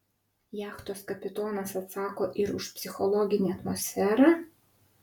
jachtos kapitonas atsako ir už psichologinę atmosferą